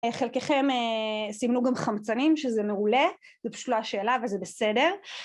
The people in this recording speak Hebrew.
חלקכם סימנו גם חמצנים שזה מעולה, זה פשוט לא השאלה וזה בסדר.